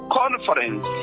conference